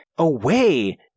Away